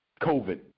COVID